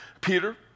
Peter